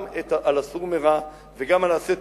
גם על ה"סור מרע" וגם על ה"עשה טוב".